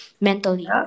Mentally